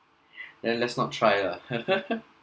then let's not try lah